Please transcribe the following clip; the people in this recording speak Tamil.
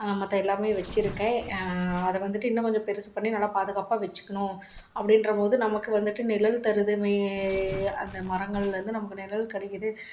மற்ற எல்லாமே வச்சிருக்கேன் அதை வந்துட்டு இன்னும் கொஞ்சம் பெருசு பண்ணி நல்லா பாதுகாப்பாக வச்சிக்கணும் அப்படின்றமோது நமக்கு வந்துட்டு நிழல் தருது மே அந்த மரங்கள்லேருந்து நமக்கு நிழல் கிடைக்கிது